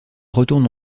retourne